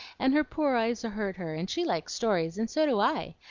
and her poor eyes hurt her, and she likes stories, and so do i,